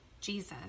Jesus